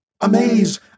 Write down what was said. Amaze